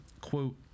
quote